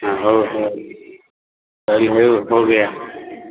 ହଉ ହଉ